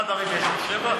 כמה חדרים יש לו, שבעה?